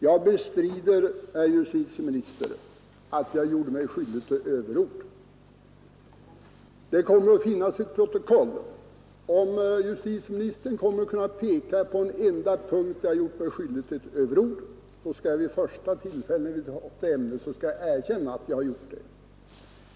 Jag bestrider, herr justitieminister, att jag gjorde mig skyldig till överord. Det kommer att finnas ett protokoll. Om justitieministern kan peka på en enda punkt där jag har gjort mig skyldig till överord skall jag vid första tillfälle erkänna att jag har gjort det.